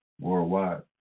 worldwide